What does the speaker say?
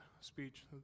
speech